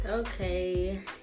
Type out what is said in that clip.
Okay